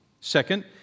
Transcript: Second